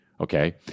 okay